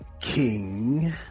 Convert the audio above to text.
king